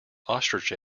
ostrich